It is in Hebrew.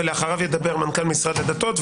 אחריו ידבר מנכ"ל משרד הדתות,